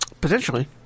Potentially